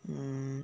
mm